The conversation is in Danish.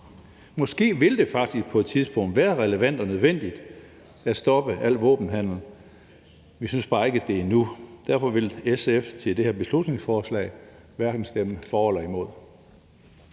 Måske vil det faktisk på et tidspunkt være relevant og nødvendigt at stoppe al våbenhandel. Vi synes bare ikke det er nu, og derfor vil SF til det her beslutningsforslag hverken stemme for eller imod.